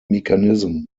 mechanism